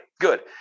good